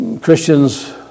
Christians